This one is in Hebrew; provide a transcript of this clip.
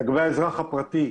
לגבי האזרח הפרטי,